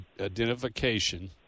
identification